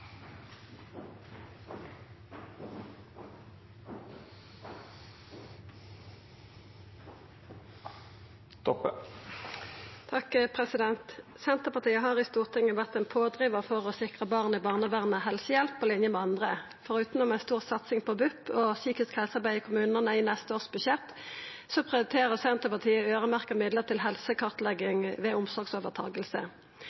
Senterpartiet har i Stortinget vore ein pådrivar for å sikra barn i barnevernet helsehjelp på lik linje med andre. Forutan ei stor satsing på BUP og psykisk helsearbeid i kommunane i budsjettet for neste år prioriterer Senterpartiet å øyremerkja midlar til